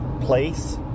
place